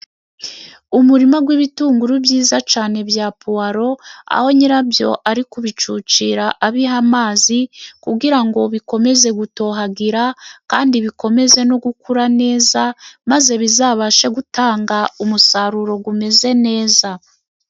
Umurima w'ibitunguru byiza cyane bya pwaro, aho nyirabyo ari kubicucira abiha amazi, kugira ngo bikomeze gutohagira kandi bikomeze no gukura neza. Maze bizabashe gutanga umusaruro umeze neza.